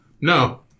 no